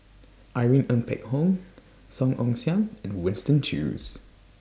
Irene Ng Phek Hoong Song Ong Siang and Winston Choos